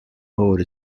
mode